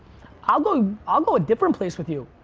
i'll go, i'll go a different place with you.